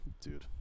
dude